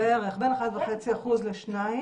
בערך, בין 15% ל-2%.